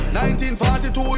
1942